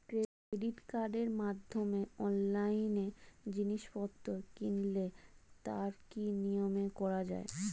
Credit কার্ডের মাধ্যমে অনলাইনে জিনিসপত্র কিনলে তার কি নিয়মে করা যায়?